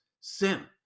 Sim